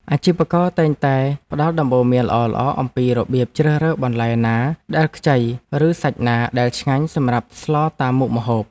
អាជីវករតែងតែផ្ដល់ដំបូន្មានល្អៗអំពីរបៀបជ្រើសរើសបន្លែណាដែលខ្ចីឬសាច់ណាដែលឆ្ងាញ់សម្រាប់ស្លតាមមុខម្ហូប។